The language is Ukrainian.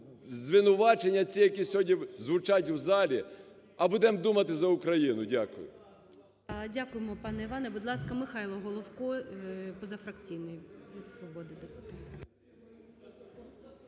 звинувачення ці, які сьогодні звучать в залі, а будемо думати за Україну. Дякую. ГОЛОВУЮЧИЙ Дякуємо, пане Іване. Будь ласка, Михайло Головко, позафракційний, від "Свободи" депутат.